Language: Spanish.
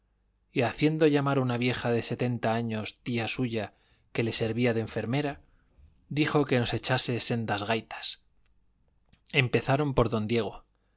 y haciendo llamar una vieja de setenta años tía suya que le servía de enfermera dijo que nos echase sendas gaitas empezaron por don diego